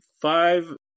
five